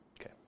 Okay